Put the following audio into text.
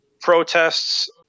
protests